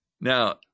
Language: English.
Now